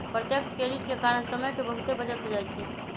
प्रत्यक्ष क्रेडिट के कारण समय के बहुते बचत हो जाइ छइ